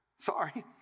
sorry